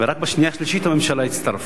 ורק בשנייה ובשלישית הממשלה הצטרפה.